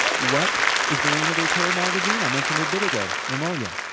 what is the name of their terror magazine? i mentioned a bit ago, romalia.